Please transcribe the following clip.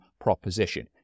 proposition